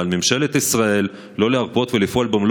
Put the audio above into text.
ועל ממשלת ישראל לא להרפות ולפעול במלוא